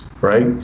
right